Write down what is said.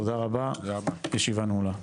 תודה רבה, הישיבה נעולה.